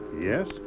Yes